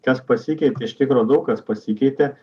kas pasikeitė iš tikro daug kas pasikeitė